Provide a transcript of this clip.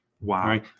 Wow